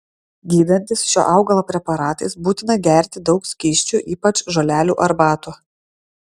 gydantis šio augalo preparatais būtina gerti daug skysčių ypač žolelių arbatų